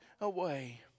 away